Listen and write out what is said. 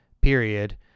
period